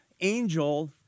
Angel